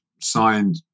signed